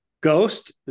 Ghost